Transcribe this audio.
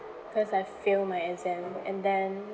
cause I fail my exam and then